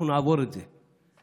אנחנו נעבור את זה.